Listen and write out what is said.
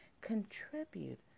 contribute